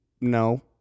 No